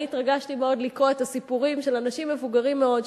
אני התרגשתי מאוד לקרוא את הסיפורים של אנשים מבוגרים מאוד,